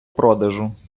продажу